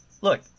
look